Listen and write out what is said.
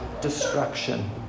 destruction